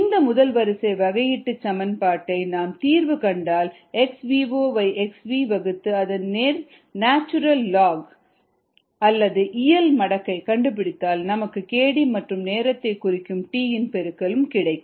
இந்த முதல் வரிசை வகையீட்டுச் சமன்பாட்டை நாம் தீர்வு கண்டால் xv0 வை xv வகுத்து அதன் natural log ln natural log அல்லது இயல் மடக்கை கண்டுபிடித்தால் நமக்கு kd மற்றும் நேரத்தை குறிக்கும t இன் பெருக்கல் கிடைக்கும்